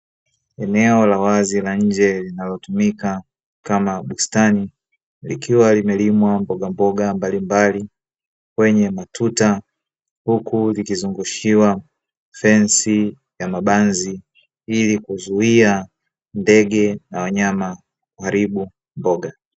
Eneo la wazi la nje linalotumika kama bustani likiwa limelimwa mboga mboga mbalimbali kwenye matuta, huku likizungushiwa fensi ya mabanzi ili kuzuia ndege na wanyama kuharibu mboga.